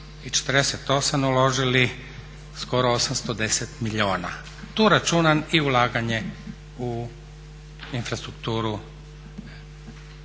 i 48 uložili skoro 810 milijuna, tu računam i ulaganje u infrastrukturu